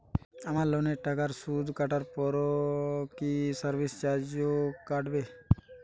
আমার লোনের টাকার সুদ কাটারপর কি সার্ভিস চার্জও কাটবে?